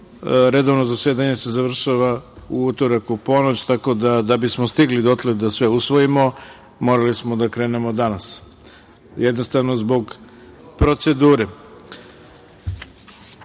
redovno zasedanje završava u utorak u ponoć, tako da bismo stigli dotle da sve usvojimo morali smo da krenemo danas. Jednostavno zbog